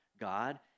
God